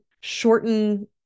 shorten